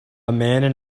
man